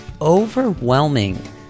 overwhelming